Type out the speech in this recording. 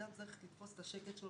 אדם צריך לתפוס את השקט שלו